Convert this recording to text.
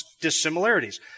dissimilarities